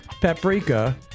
paprika